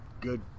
good